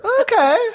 Okay